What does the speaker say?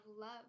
love